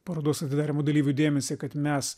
parodos atidarymo dalyvių dėmesį kad mes